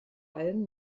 allem